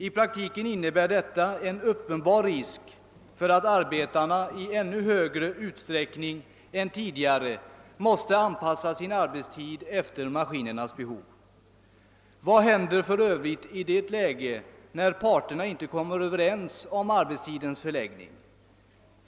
I praktiken innebär detta en uppenbar risk för att arbetarna i ännu större utsträckning än tidigare måste anpassa sin arbetstid efter maskinernas behov. Vad händer för övrigt i det fall att parterna inte kommer överens om arbetstidens förläggning?